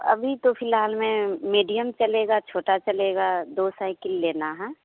अभी तो फ़िलहाल में मीडियम चलेगा छोटा चलेगा दो साइकिल लेना है